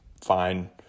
fine